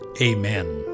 amen